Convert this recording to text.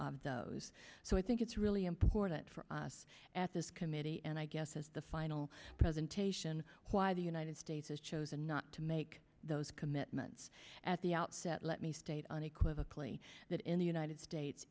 so i think it's really important for us at this committee and i guess as the final presentation why the united states has chosen not to make those commitments at the outset let me state unequivocally that in the united states